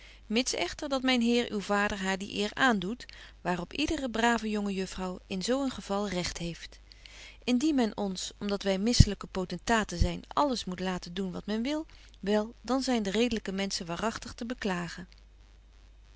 mits echter dat myn heer uw vader haar die eer aandoet waar op ydere brave jonge juffrouw in zo een geval recht heeft indien men ons om dat wy misselyke potentaten zyn alles moet laaten doen dat men wil wel dan zyn de redelyke menschen waaragtig te beklagen